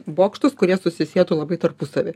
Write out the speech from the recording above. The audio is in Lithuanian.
bokštus kurie susisietų labai tarpusavy